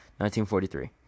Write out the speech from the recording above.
1943